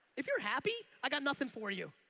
if you're happy, i got nothing for you